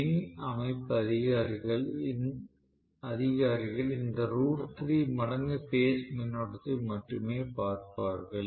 மின் அமைப்பு அதிகாரிகள் இந்த ரூட் 3 மடங்கு பேஸ் மின்னோட்டத்தை மட்டுமே பார்ப்பார்கள்